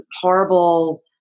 horrible